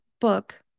book